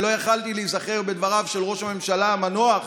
ולא יכולתי שלא להיזכר בדבריו של ראש הממשלה המנוח,